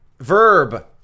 Verb